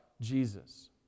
Jesus